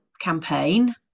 campaign